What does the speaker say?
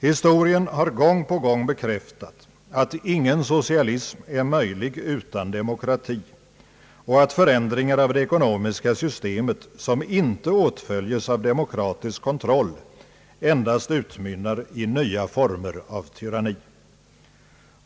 Historien har gång på gång bekräftat att ingen socialism är möjlig utan demokrati och att förändringar av det ekonomiska systemet, som inte åtföljs av demokratisk kontroll, endast utmynnar i nya former av tyranni.